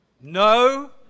No